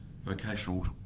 vocational